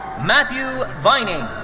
matthew vining.